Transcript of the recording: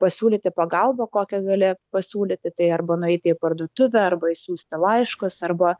pasiūlyti pagalbą kokią gali pasiūlyti tai arba nueiti į parduotuvę arba išsiųsti laiškus arba